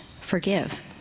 forgive